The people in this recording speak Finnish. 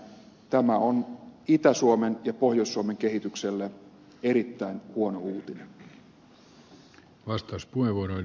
tämä on itä suomen ja pohjois suomen kehitykselle erittäin huono uutinen